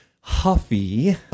huffy